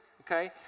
okay